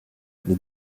les